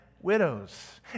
widows